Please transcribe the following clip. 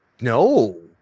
No